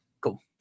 cool